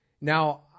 Now